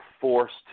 forced